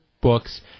books